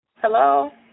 Hello